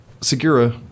Segura